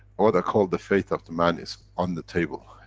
what i call, the fate of the man is on the table.